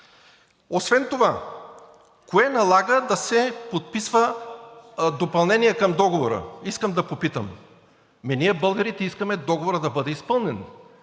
Освен това – кое налага да се подписва допълнение към договора, искам да попитам? Ние българите искаме договорът да бъде изпълнен.